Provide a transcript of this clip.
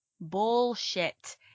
Bullshit